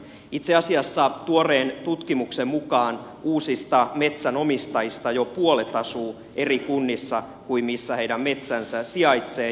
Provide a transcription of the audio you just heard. itse asiassa tuoreen tutkimuksen mukaan uusista metsänomistajista jo puolet asuu eri kunnissa kuin missä heidän metsänsä sijaitsee